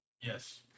Yes